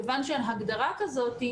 כיוון שאין הגדרה כזאת,